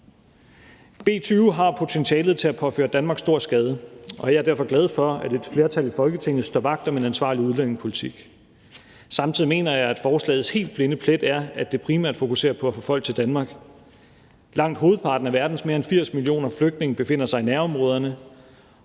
B 20 har potentialet til at påføre Danmark stor skade, og jeg er derfor glad for, at et flertal i Folketinget står vagt om en ansvarlig udlændingepolitik. Samtidig mener jeg, at forslagets helt blinde plet er, at det primært fokuserer på at få folk til Danmark. Langt hovedparten af verdens mere end 80 millioner flygtninge befinder sig i nærområderne,